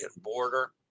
border